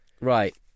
Right